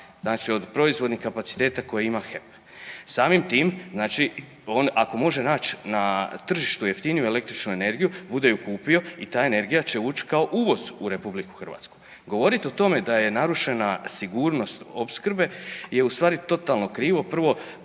znači od proizvodnih kapaciteta koje ima HEP. Samim tim znači on ako može nać na tržištu jeftiniju električnu energiju, bude ju kupio i ta energija će uć kao uvoz u RH. Govorit o tome da je narušena sigurnost opskrbe je u stvari totalno krivo.